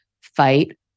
fight